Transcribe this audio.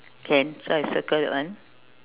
can so I circle that one